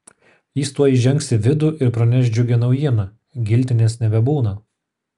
jis tuoj įžengs į vidų ir praneš džiugią naujieną giltinės nebebūna